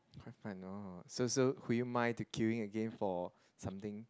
I know so so would you mind to queueing again for something